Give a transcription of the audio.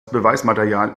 beweismaterial